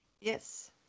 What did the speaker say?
yes